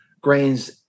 grains